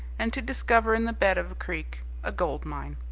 and to discover in the bed of a creek a gold mine.